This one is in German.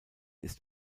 ist